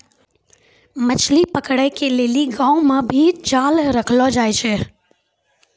मछली पकड़े के लेली गांव मे जाल भी रखलो जाए छै